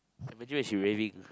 imagine when she's wearing